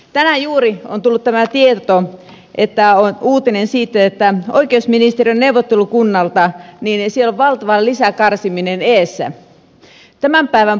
tänään juuri on tullut tämä tieto uutinen oikeusministeriön neuvottelukunnalta että siellä on valtava lisäkarsiminen edessä